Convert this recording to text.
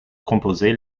composer